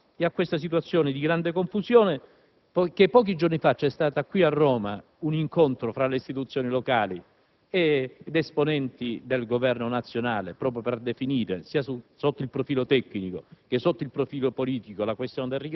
rigassificatore. A questa situazione di grande confusione aggiungiamo che pochi giorni fa si è tenuto qui a Roma un incontro tra le istituzioni locali ed esponenti del Governo nazionale proprio per definire, sia sotto il profilo tecnico